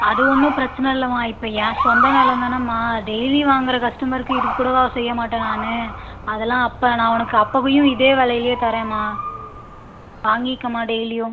அது ஒன்றும் பிரச்சனை இல்லைம்மா இப்போ என் சொந்த நிலம் தானம்மா டெய்லியும் வாங்குகிற கஸ்டமருக்கு இது கூடவா செய்யமாட்டேன் நான் அதெல்லாம் அப்போ நான் உனக்கு அப்போயும் இதே விலையிலே தரேம்மா வாங்கிக்கோம்மா டெய்லியும்